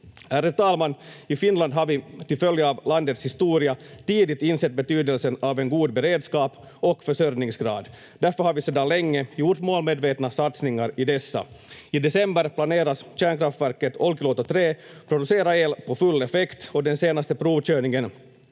Ärade talman! I Finland har vi, till följd av landets historia, tidigt insett betydelsen av en god beredskap och försörjningsgrad. Därför har vi sedan länge gjort målmedvetna satsningar i dessa. I december planeras kärnkraftverket Olkiluoto 3 producera el på full effekt och den senaste provkörningen